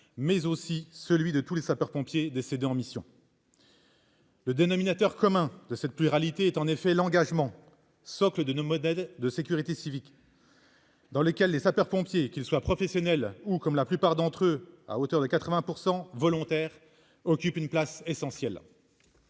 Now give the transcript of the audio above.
mais aussi celui de tous les sapeurs-pompiers décédés en mission. Le dénominateur commun de cette pluralité est en effet l'engagement, socle de notre modèle de sécurité civile, dans lequel les sapeurs-pompiers, qu'ils soient professionnels ou, pour près de 80 % d'entre eux, volontaires, occupent une place essentielle.